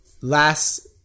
last